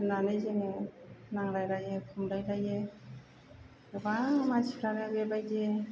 होन्नानै जोङो नांलाय लायो खमलाय लायो गोबां मानसिफ्रानो बेबायदि